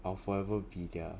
I will forever be their